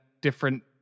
different